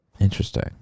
Interesting